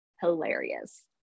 hilarious